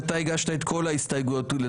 אתה הגשת את כל הבקשות לנושא חדש,